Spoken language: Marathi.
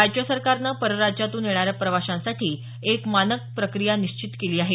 राजृय सरकारनं परराज्यातून येणाऱ्या प्रवाशांसाठी एक मानक प्रकिया निश्चित केली आहे